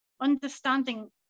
understanding